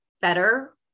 better